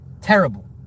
terrible